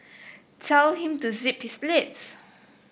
tell him to zip his lips